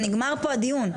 נגמר פה הדיון.